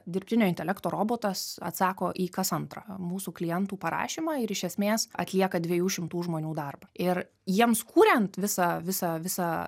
dirbtinio intelekto robotas atsako į kas antrą mūsų klientų parašymą ir iš esmės atlieka dviejų šimtų žmonių darbą ir jiems kuriant visą visą visą